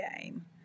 game